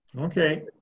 okay